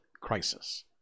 crisis